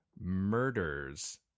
murders